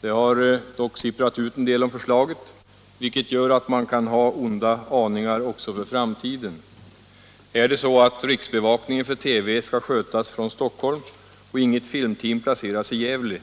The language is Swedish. Det har dock sipprat ut en del om förslaget, vilket gör att man kan ha onda aningar också för framtiden. Är det så att riksbevakningen för TV skall skötas från Stockholm och inget filmteam placeras i Gävle,